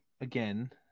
again